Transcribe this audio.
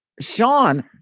Sean